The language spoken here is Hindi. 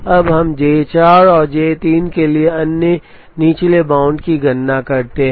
अब हम J 4 और J 3 के लिए अन्य निचले बाउंड की भी गणना करते हैं